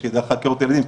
יש חקירות ילדים,